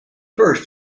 first